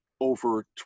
over